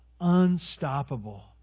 Unstoppable